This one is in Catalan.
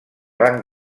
van